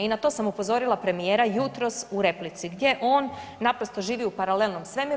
I na to sam upozorila premijera jutros u replici gdje on naprosto živi u paralelnom svemiru.